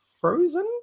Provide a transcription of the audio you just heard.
frozen